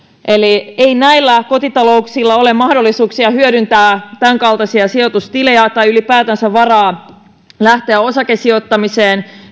eli ei näillä kotitalouksilla ole mahdollisuuksia hyödyntää tämänkaltaisia sijoitustilejä tai ylipäätänsä varaa lähteä osakesijoittamiseen